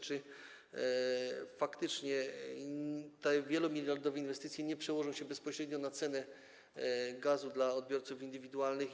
Czy faktycznie te wielomiliardowe inwestycje nie przełożą się bezpośrednio na cenę gazu dla odbiorców indywidualnych?